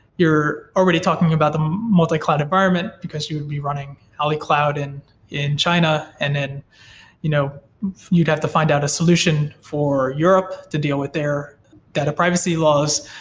you're already talking about the multi-cloud environment, because you would be running ali cloud in in china and then you know you'd have to find out a for europe to deal with their data privacy laws,